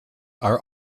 are